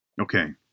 Okay